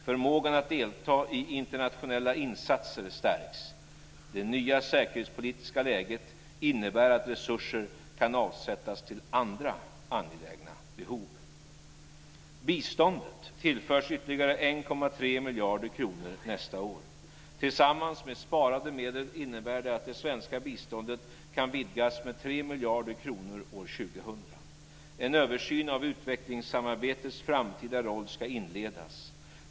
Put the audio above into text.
Förmågan att delta i internationella insatser stärks. Det nya säkerhetspolitiska läget innebär att resurser kan avsättas till andra angelägna behov. Biståndet tillförs ytterligare 1,3 miljarder kronor nästa år. Tillsammans med sparade medel innebär det att det svenska biståndet kan vidgas med 3 miljarder kronor år 2000. En översyn av utvecklingssamarbetets framtida roll ska inledas.